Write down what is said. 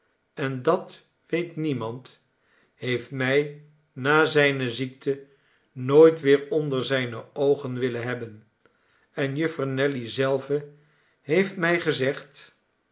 en dat weet niemand heeft mij na zijne ziekte nooit weer onder zijne oogen willen hebben en juffer nelly zelve heeft mij gezegd